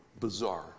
bizarre